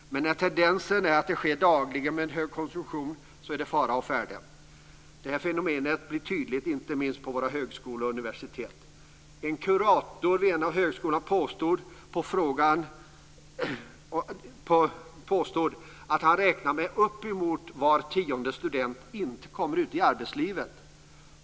Men när tendensen är att det sker dagligen med en hög konsumtion är det fara å färde. Det fenomenet blir tydligt inte minst på våra högskolor och universitet. En kurator vid en av högskolorna påstår att han räknar med att uppemot var tionde student inte kommer ut i arbetslivet.